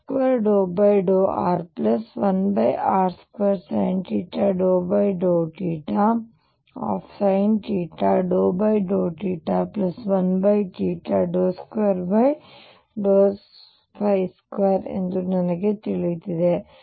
ಆದ್ದರಿಂದ Laplacian 1r 2∂rr2∂r1r2sinθ∂θsinθ∂θ1 22 ಎಂದು ನನಗೆ ತಿಳಿದಿದೆ